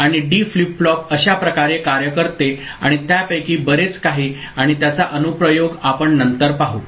आणि D flip flop अशा प्रकारे कार्य करते आणि त्यापैकी बरेच काही आणि त्याचा अनुप्रयोग आपण नंतर पाहू